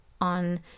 on